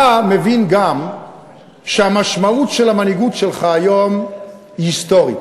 אתה מבין גם שהמשמעות של המנהיגות שלך היום היא היסטורית.